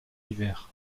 hiver